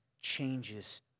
changes